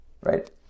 Right